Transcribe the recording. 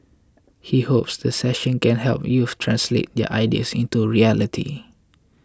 he hopes the session can help youths translate their ideas into reality